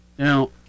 Now